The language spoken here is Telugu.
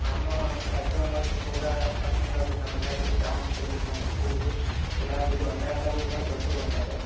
మ్యాడమ్ పైడితల్లి అమ్మవారికి ఎక్కువుగా కనకాంబరాలు సన్నజాజులు చామంతులు బంతి పువ్వులు గులాబీలు అన్ని రకాలవి కూడా పెడుతూ ఉంటారు